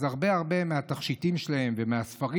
הרבה הרבה מהתכשיטים שלהם ומהספרים